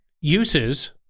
uses